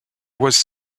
was